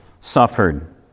suffered